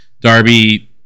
Darby